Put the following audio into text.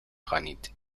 خوانید